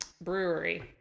brewery